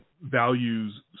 values